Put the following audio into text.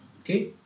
Okay